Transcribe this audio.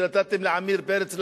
כשנתתם לעמיר פרץ,